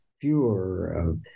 fewer